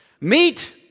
Meet